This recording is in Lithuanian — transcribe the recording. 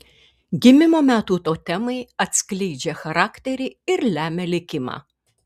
gimimo metų totemai atskleidžia charakterį ir lemia likimą